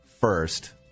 first